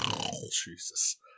Jesus